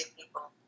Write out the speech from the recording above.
people